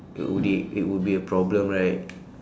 it would it it would be a problem right